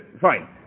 Fine